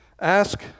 ask